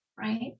Right